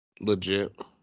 Legit